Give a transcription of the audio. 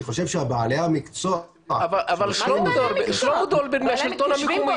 היא תגיע למסקנה --- אבל שלמה דולברג מהשלטון המקומי דיבר.